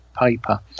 Paper